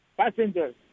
passengers